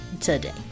today